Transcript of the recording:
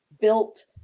built